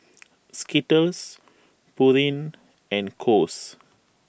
Skittles Pureen and Kose